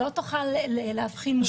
שלא תוכל להבחין.